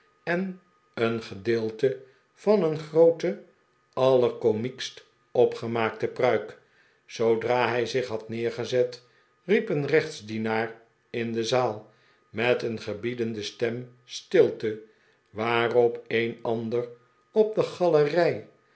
en een gedeelte van een groote allerkomiekst opgemaakte pruik zoodra hij zich had neergezet riep een gerechtsdienaar in de zaal met een gebiedende stem stilte waarop een ander op de galerij